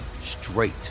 straight